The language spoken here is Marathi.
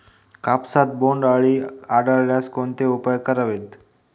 कापसात बोंडअळी आढळल्यास कोणते उपाय करावेत?